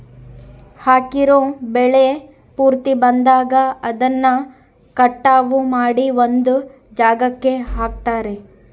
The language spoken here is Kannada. ಹಾಕಿರೋ ಬೆಳೆ ಪೂರ್ತಿ ಬಂದಾಗ ಅದನ್ನ ಕಟಾವು ಮಾಡಿ ಒಂದ್ ಜಾಗಕ್ಕೆ ಹಾಕ್ತಾರೆ